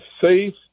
safe